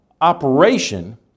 operation